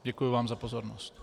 Děkuji vám za pozornost.